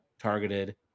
targeted